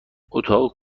اتاق